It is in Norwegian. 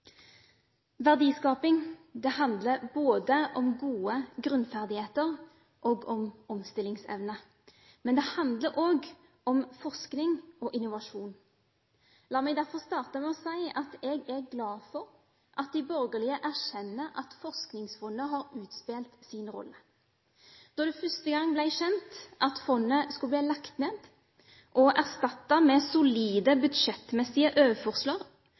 Verdiskaping handler både om gode grunnferdigheter og om omstillingsevne, men det handler også om forskning og innovasjon. La meg derfor starte med å si at jeg er glad for at de borgerlige erkjenner at Forskningsfondet har utspilt sin rolle. Da det første gang ble kjent at fondet skulle bli lagt ned og erstattet med solide budsjettmessige